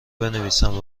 بنویسم